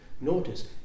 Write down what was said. Notice